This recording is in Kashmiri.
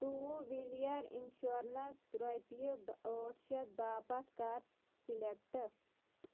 ٹوٗ ویٖلِر اِنشورَنٛس رۄپیہِ ٲٹھ شتھ باپتھ کر سِلیکٹ